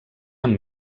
amb